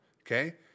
okay